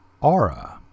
Aura